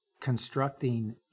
constructing